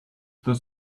this